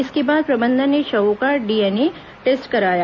इसके बाद प्रबंधन ने शवों का डीएनए टेस्ट करवाया